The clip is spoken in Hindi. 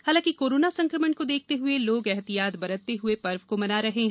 हालांकि कोरोना संकमण को देखते हुए लोग एहतियात बरतते हुए पर्व को मना रहे हैं